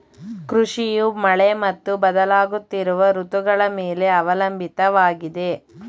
ಕೃಷಿಯು ಮಳೆ ಮತ್ತು ಬದಲಾಗುತ್ತಿರುವ ಋತುಗಳ ಮೇಲೆ ಅವಲಂಬಿತವಾಗಿದೆ